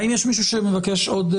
האם יש עוד מישהו שמבקש להתייחס?